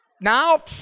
Now